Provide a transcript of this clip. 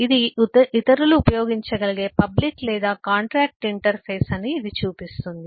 ఇది ఇతరులు ఉపయోగించ గలిగే పబ్లిక్ లేదా కాంట్రాక్టు ఇంటర్ఫేస్ అని ఇది చూపిస్తుంది